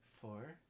four